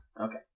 Okay